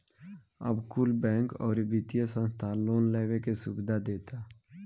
अब कुल बैंक, अउरी वित्तिय संस्था लोन लेवे के सुविधा देता